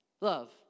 love